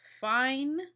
fine